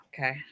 Okay